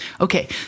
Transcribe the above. Okay